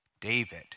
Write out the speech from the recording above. David